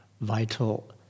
vital